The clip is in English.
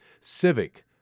Civic